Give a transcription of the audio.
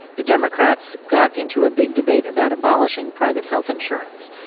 the democrats got into a big debate about abolishing private health insurance.